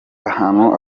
ahantu